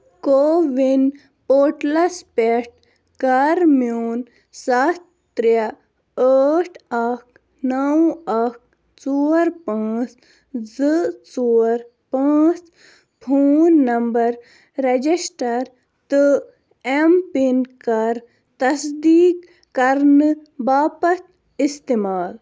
CoWIN پوٹلَس پٮ۪ٹھ کَر میون سَتھ ترٛےٚ ٲٹھ اَکھ نَو اَکھ ژور پانٛژھ زٕ ژور پانٛژھ فون نمبَر رَجِسٹَر تہٕ اٮ۪م پِن کَر تصدیٖق کَرنہٕ باپَتھ استعمال